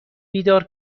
بیدار